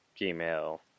Gmail